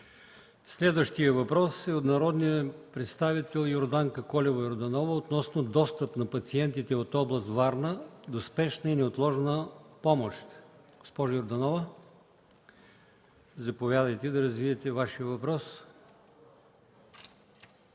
Следващият въпрос е от народния представител Йорданка Колева Йорданова относно достъп на пациентите от област Варна до спешна и неотложна помощ. Заповядайте, госпожо Йорданова, да развиете Вашият въпрос.